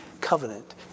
covenant